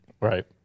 Right